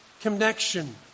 connection